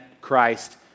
Christ